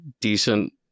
decent